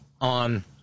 on